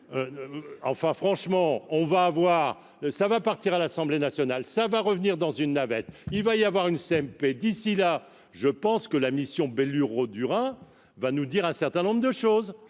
enfin franchement, on va avoir ça va partir à l'Assemblée nationale, ça va revenir dans une navette, il va y avoir une CMP d'ici là, je pense que la mission Durin va nous dire un certain nombre de choses